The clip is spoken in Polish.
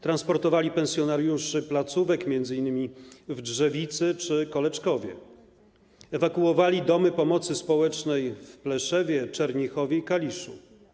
Transportowali pensjonariuszy placówek, m.in. w Drzewicy czy Koleczkowie, ewakuowali domy pomocy społecznej w Pleszewie, Czernichowie i Kaliszu.